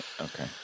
Okay